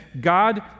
God